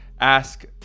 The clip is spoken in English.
ask